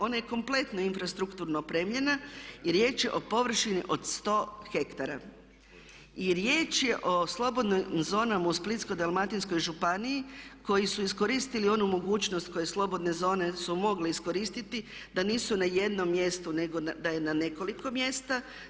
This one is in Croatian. Ona je kompletno infrastrukturno opremljena i riječ je o površini od 100 ha i riječ je o slobodnim zonama Splitsko-dalmatinskoj županiji koji su iskoristili onu mogućnost koju slobodne zone su mogle iskoristiti da nisu na jednom mjestu nego da je na nekoliko mjesta.